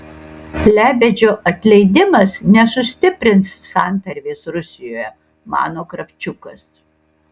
lebedžio atleidimas nesustiprins santarvės rusijoje mano kravčiukas